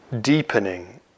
deepening